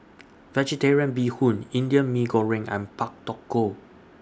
Vegetarian Bee Hoon Indian Mee Goreng and Pak Thong Ko